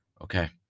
okay